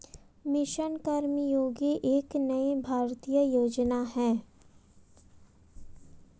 mission Karmayogi एक नई भारतीय योजना है